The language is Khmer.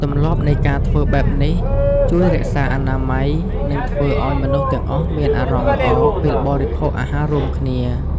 ទម្លាប់នៃការធ្វើបែបនេះជួយរក្សាអនាម័យ និងធ្វើឲ្យមនុស្សទាំងអស់មានអារម្មណ៍ល្អពេលបរិភោគអាហាររួមគ្នា។